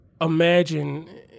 imagine